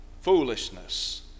foolishness